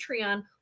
Patreon